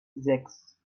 sechs